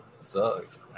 sucks